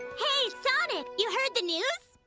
hey, sonic, you heard the news?